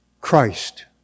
Christ